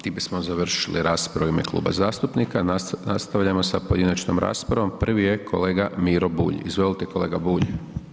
Time smo završili raspravu u ime kluba zastupnika, nastavljamo sa pojedinačnom raspravom, prvi je kolega Miro Bulj, izvolite kolega Bulj.